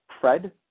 Fred